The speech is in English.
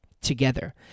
together